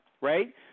right